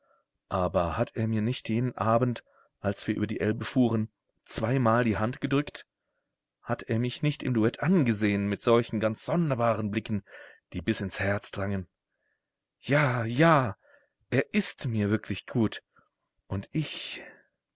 aber hat er mir nicht jenen abend als wir über die elbe fuhren zweimal die hand gedrückt hat er mich nicht im duett angesehen mit solchen ganz sonderbaren blicken die bis ins herz drangen ja ja er ist mir wirklich gut und ich